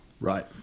Right